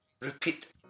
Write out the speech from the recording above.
repeat